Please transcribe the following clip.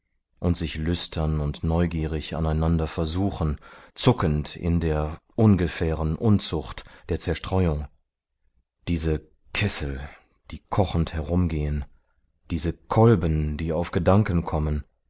und sich lüstern und neugierig aneinander versuchen zuckend in der ungefähren unzucht der zerstreuung diese kessel die kochend herumgehen diese kolben die auf gedanken kommen